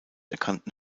erkannten